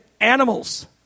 animals